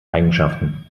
eigenschaften